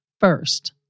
first